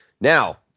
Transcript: Now